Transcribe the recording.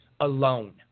alone